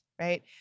right